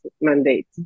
mandate